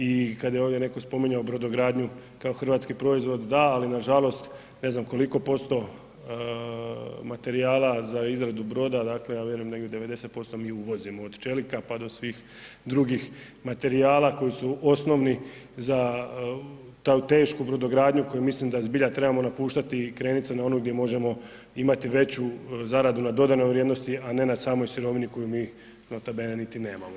I kada je ovdje netko spominjao brodogradnju kao hrvatski proizvod, da ali nažalost ne zna koliko posto materijala za izradu broda, ja vjerujem 90% negdje mi uvozimo od čelika pa do svih drugih materijala koji su osnovni za tešku brodogradnju koju mislim da zbilja trebamo napuštati i okrenuti se na onu gdje možemo imati veću zaradu na dodanu vrijednost, a ne na samoj sirovini koju mi nota bene niti nemamo.